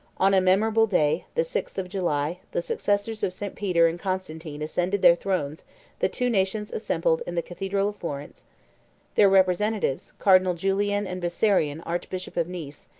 on a memorable day, the sixth of july, the successors of st. peter and constantine ascended their thrones the two nations assembled in the cathedral of florence their representatives, cardinal julian and bessarion archbishop of nice,